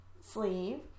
sleeve